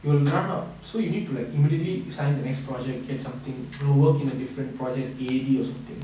you will run out so you need to like immediately sign the next project get something you know work in a different projects A_D or something